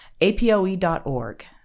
apoe.org